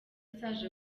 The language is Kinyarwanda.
zaje